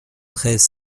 treize